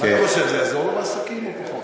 מה את חושב, זה יעזור לו בעסקים, או פחות?